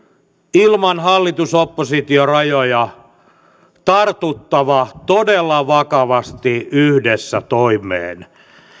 ilman hallitus oppositio rajoja tartuttava todella vakavasti yhdessä toimeen